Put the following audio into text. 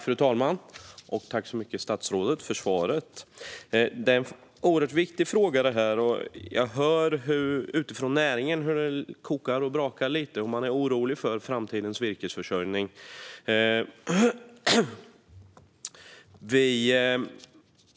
Fru talman! Tack, statsrådet, för svaret! Denna fråga är oerhört viktig. Jag hör från näringen hur det kokar och brakar lite grann. Man är orolig för framtidens virkesförsörjning. Sverige